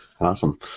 Awesome